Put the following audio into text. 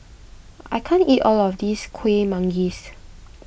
I can't eat all of this Kuih Manggis